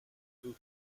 who